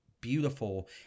Beautiful